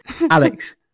Alex